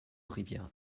rivera